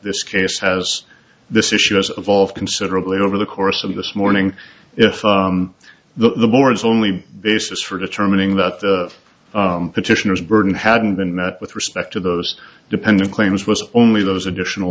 this case has this issue as of all of considerably over the course of this morning if the board's only basis for determining that the petitioners burden hadn't been met with respect to those dependent claims was only those additional